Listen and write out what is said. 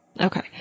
Okay